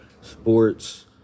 sports